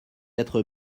être